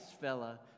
fella